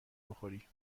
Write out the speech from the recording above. بخوری